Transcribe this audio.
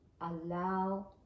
allow